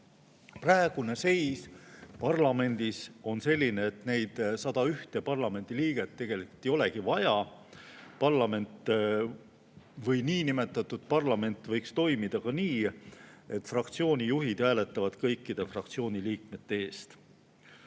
Praegune seis parlamendis on selline, et neid 101 parlamendiliiget tegelikult ei olegi vaja. Parlament, niinimetatud parlament võiks toimida ka nii, et fraktsiooni juhid hääletavad kõikide fraktsiooni liikmete eest.